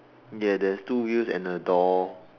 ya there is two wheels and a door